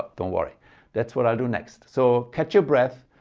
don't worry that's what i'll do next. so catch your breath,